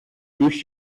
durch